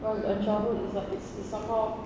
cause our childhood is like it's it's somehow